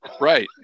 Right